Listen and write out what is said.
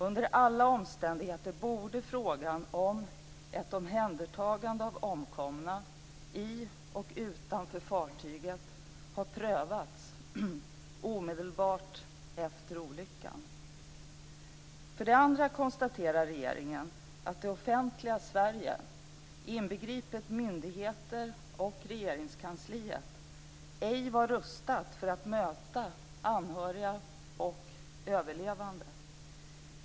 Under alla omständigheter borde frågan om ett omhändertagande av omkomna i och utanför fartyget ha prövats omedelbart efter olyckan. För det andra konstaterar regeringen att det offentliga Sverige, inbegripet myndigheter och Regeringskansliet, ej var rustat för att möta anhöriga och överlevande.